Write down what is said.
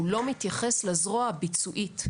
שהוא לא מתייחס לזרוע הביצועית.